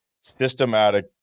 systematic